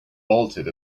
bolted